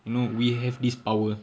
you know we have this power